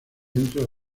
dentro